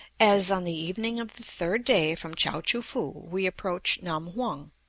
as, on the evening of the third day from chao-choo-foo, we approach nam-hung,